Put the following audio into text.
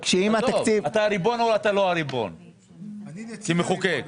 אתה הריבון או לא הריבון כמחוקק?